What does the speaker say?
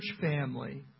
family